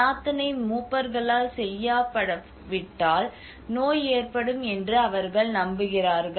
பிரார்த்தனை மூப்பர்களால் செய்யப்படாவிட்டால் நோய் ஏற்படும் என்று அவர்கள் நம்புகிறார்கள்